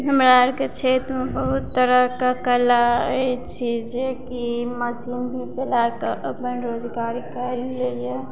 हमरा आरके क्षेत्रमे बहुत तरहके कला अछि जेकि मशीन चलाके अपन रोजगार कए लिअ